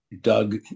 Doug